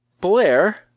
Blair